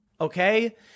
Okay